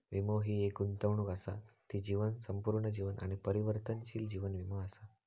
वीमो हि एक गुंतवणूक असा ती जीवन, संपूर्ण जीवन आणि परिवर्तनशील जीवन वीमो असा